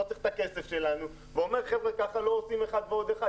הוא לא צריך את הכסף שלנו ואומר שכך לא עושים אחד ועוד אחד,